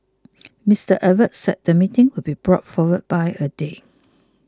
Mister Abbott said the meeting would be brought forward by a day